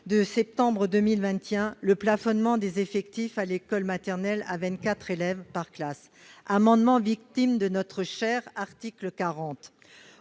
de septembre 2021, le plafonnement des effectifs à l'école maternelle à 24 élèves par classe. Cet amendement a été victime de notre cher article 40